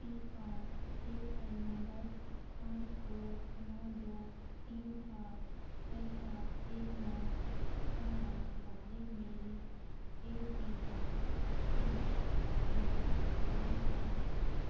P R A N number पाँच दो नौ दो तीन आठ छह सात एक नौ चार आठ वाले मेरे ए पी वाई खाते में वर्तमान होल्डिन्ग क्या है